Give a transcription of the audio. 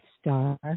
Star